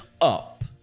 up